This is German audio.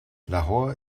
lahore